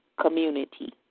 community